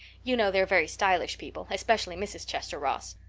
you know they are very stylish people, especially mrs. chester ross.